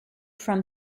from